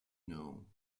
know